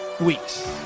weeks